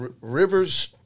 Rivers